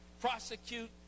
prosecute